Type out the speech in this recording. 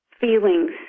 feelings